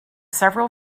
several